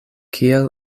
kiel